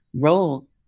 role